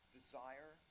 desire